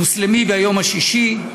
מוסלמי, ביום שישי,